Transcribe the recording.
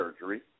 surgery